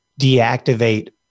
deactivate